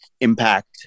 impact